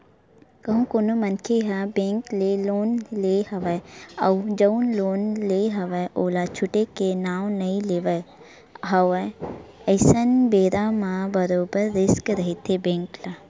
कहूँ कोनो मनखे ह बेंक ले लोन ले हवय अउ जउन लोन ले हवय ओला छूटे के नांव नइ लेवत हवय अइसन बेरा म बरोबर रिस्क रहिथे बेंक ल